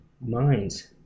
minds